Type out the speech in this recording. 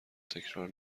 تکرار